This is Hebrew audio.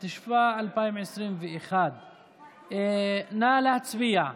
התשפ"א 2021. נא להצביע.